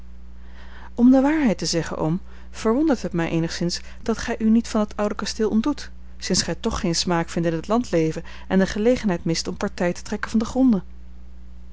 om de waarheid te zeggen oom verwondert het mij eenigszins dat gij u niet van dat oude kasteel ontdoet sinds gij toch geen smaak vindt in het landleven en de gelegenheid mist om partij te trekken van de gronden